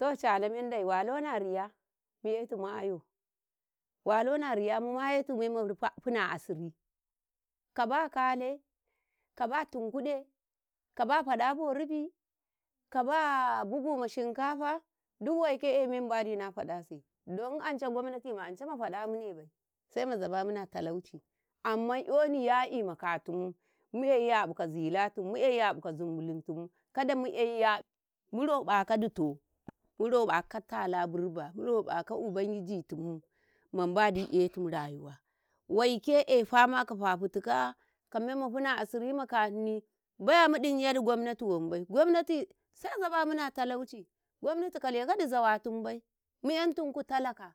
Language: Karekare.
﻿To cana mendai waloma ariya mu'etumaya, walona ariya mu mayetu memma rufa funa asi kaba kale, kaba tunkude kaba faɗa bo ribii, kaba bugu ma shinkafa duk waike eh me mbanɗi na faɗase don ancei gwamnati ma nance mafaɗa munebai sai mazaba mune a talauci, amman 'yoni yaƙi ma katum, muƙe yaƃi ka zinbullintimu, kada muƙe “yab muroƃaka ditu, muroƃaka tala birba, muroƃaka ubangijitum, ma mbandi ehtum rayuwa waike eh fama ka fafikika kamenma funa asiri ma kahni baya mu ɗinyadi gwamnati wanbai, gwamnati sai zaba mune a talauci, gwamnati kalekadi zawatin bai mu 'yantinku talaka